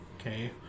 okay